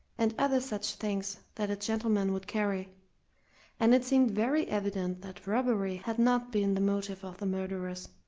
and other such things that a gentleman would carry and it seemed very evident that robbery had not been the motive of the murderers.